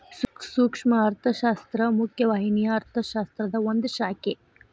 ಸೂಕ್ಷ್ಮ ಅರ್ಥಶಾಸ್ತ್ರ ಮುಖ್ಯ ವಾಹಿನಿಯ ಅರ್ಥಶಾಸ್ತ್ರದ ಒಂದ್ ಶಾಖೆ